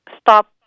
stop